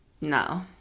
No